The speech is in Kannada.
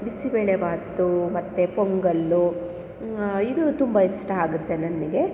ಬಿಸಿಬೇಳೆಭಾತು ಮತ್ತು ಪೊಂಗಲ್ಲು ಇದು ತುಂಬ ಇಷ್ಟ ಆಗುತ್ತೆ ನನಗೆ